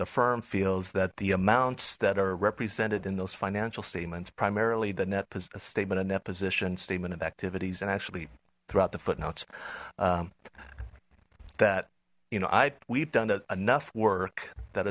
the firm feels that the amounts that are represented in those financial statements primarily the net payment of net position statement of activities and actually throughout the footnotes that you know i we've done it enough work that